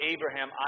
Abraham